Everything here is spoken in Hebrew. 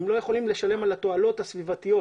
הם לא יכולים לשלם על התועלות הסביבתיות,